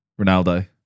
Ronaldo